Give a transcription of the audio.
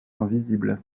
invisibles